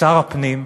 שר הפנים,